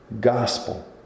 gospel